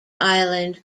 island